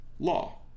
law